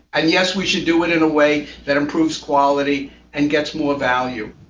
and yes, we should do it in a way that improves quality and gets more value.